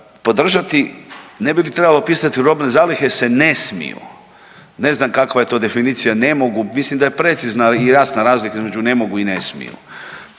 podržati. Ne bi li trebalo pisati „robne zalihe se ne smiju“. Ne znam kakva je to definicija „ne mogu“. Mislim da je precizna i jasna razlika između ne mogu i ne smiju.